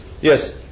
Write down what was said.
yes